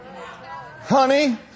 honey